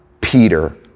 Peter